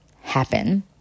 happen